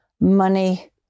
money